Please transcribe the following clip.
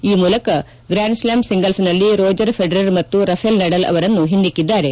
ಈ ಮೂಲಕ grand slam ಸಿಂಗಲ್ಸ್ನಲ್ಲಿ ರೋಜರ್ ಫೆಡರರ್ ಮತ್ತು ರಫೇಲ್ ನಡಾಲ್ ಅವರನ್ನು ಹಿಂದಿಕ್ಕಿದ್ದಾರೆ